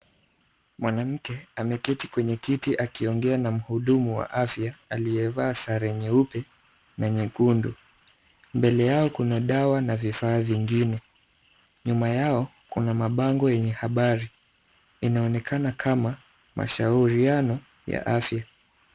Mwanamke ameketi kwenye kiti akiongea na mhudumu wa afya aliyevaa sare nyeupe na nyekundu. Mbele yao kuna dawa na vifaa vingine. Nyuma yao kuna mabango yenye habari. Inaonekana kama mashauriano ya afya.